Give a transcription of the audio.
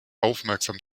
aufmerksam